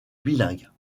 bilingues